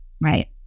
right